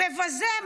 "מבזה,